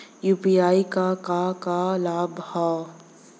UPI क का का लाभ हव?